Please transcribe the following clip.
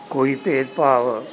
ਕੋਈ ਭੇਦ ਭਾਵ